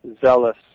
zealous